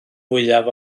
fwyaf